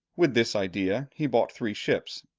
with this idea he bought three ships,